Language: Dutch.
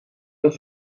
dat